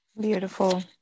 Beautiful